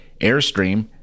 Airstream